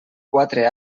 quatre